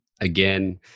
Again